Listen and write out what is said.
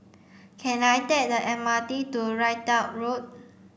can I take the M R T to Ridout Road